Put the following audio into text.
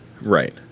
Right